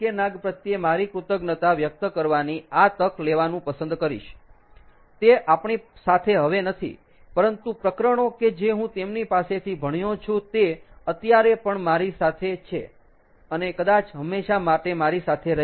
નાગ પ્રત્યે મારી કૃતજ્ઞતા વ્યક્ત કરવાની આ તક લેવાનું પસંદ કરીશ તે આપણી સાથે હવે નથી પરંતુ પ્રકરણો કે જે હું તેમની પાસેથી ભણ્યો છું તે અત્યારે પણ મારી સાથે છે અને કદાચ હંમેશા માટે મારી સાથે રહેશે